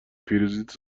پیروزیت